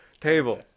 Table